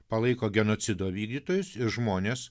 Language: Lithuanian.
palaiko genocido vykdytojus ir žmones